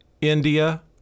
India